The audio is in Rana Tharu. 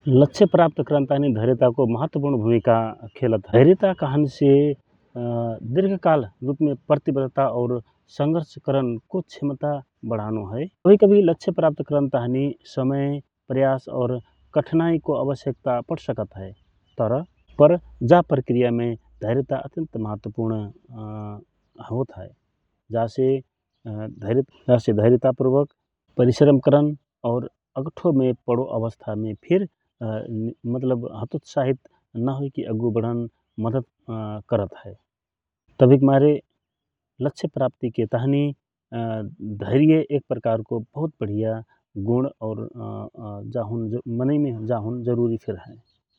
लक्ष्य प्राप्त करन ताँही धर्यताको महत्वपुर्ण भुमिका रहत हए । धर्यता कहनसे दिर्घकाल रूपमे प्रतिवद्धता संगत करनको क्षमता वढान हए । तहि कहि लक्ष्य प्राप्त करन ताँहि समय, प्रयास और कठिनइको आवश्यक्ता पड सकत हए । तर तर जा प्रप्तिमे धर्यता अत्यन्त महत्वपुर्ण होत हए । जासे धर्यता पुर्वक परिश्रम और अगठो मे पडो अवस्थाके फिर मतलब हतोत्साहि नहोनके मद्दत करत हए । तवहिक मारे लक्ष्य प्राप्तीके ताँहि धर्य एक प्रकारको बहुत वढीया गुण और मनै मे जा होन जहुत जरूरी हए ।